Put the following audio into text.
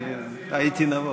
אני הייתי נבוך.